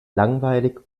langweilig